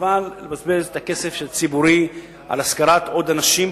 חבל לבזבז כסף ציבורי על שכירת עוד אנשים,